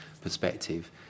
perspective